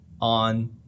on